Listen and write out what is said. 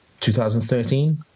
2013